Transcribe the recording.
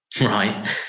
Right